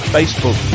Facebook